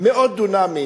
מאות דונמים